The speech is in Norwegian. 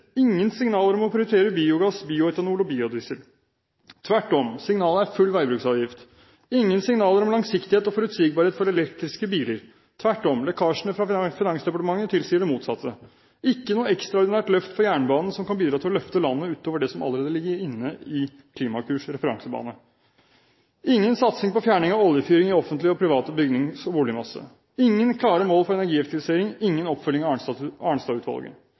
ingen signaler om å prioritere biogass, bioetanol og biodiesel. Tvert om, signalet er full veibruksavgift. Det er ingen signaler om langsiktighet og forutsigbarhet for elektriske biler. Tvert om, lekkasjene fra Finansdepartementet tilsier det motsatte. Det er ikke noe ekstraordinært løft for jernbanen som kan bidra til å løfte landet utover det som allerede ligger inne i Klimakurs referansebane. Det er ingen satsing på fjerning av oljefyring i offentlig og privat bygnings- og boligmasse. Det er ingen klare mål for energieffektivisering, ingen oppfølging av